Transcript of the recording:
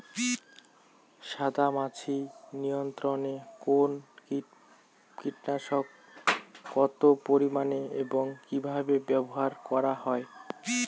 সাদামাছি নিয়ন্ত্রণে কোন কীটনাশক কত পরিমাণে এবং কীভাবে ব্যবহার করা হয়?